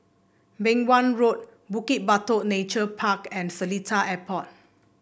Beng Wan Road Bukit Batok Nature Park and Seletar Airport